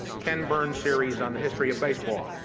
ken burns' series on the history of baseball.